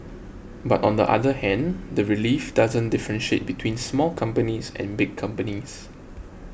but on the other hand the relief doesn't differentiate between small companies and big companies